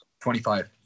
25